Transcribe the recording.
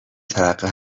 ترقه